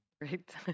Great